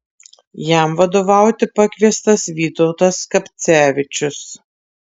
jam vadovauti pakviestas vytautas skapcevičius